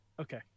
okay